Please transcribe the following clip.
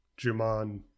Juman